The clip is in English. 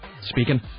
Speaking